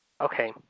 Okay